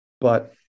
but-